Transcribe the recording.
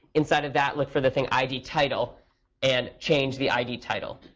inside of that, look for the thing id title and change the id title.